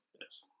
Yes